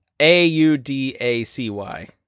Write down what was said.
A-U-D-A-C-Y